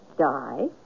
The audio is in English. die